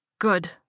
Good